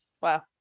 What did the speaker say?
wow